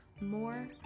more